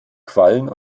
quallen